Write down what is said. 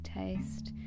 taste